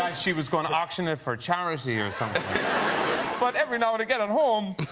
she was gonna auction it for charity or something but every now to get on home